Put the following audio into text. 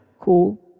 Cool